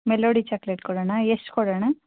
melody chocolate ಕೊಡೋಣ ಎಷ್ಟು ಕೊಡೋಣ